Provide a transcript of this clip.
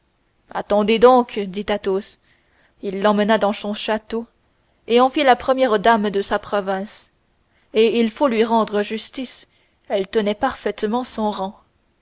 attendez donc dit athos il l'emmena dans son château et en fit la première dame de sa province et il faut lui rendre justice elle tenait parfaitement son rang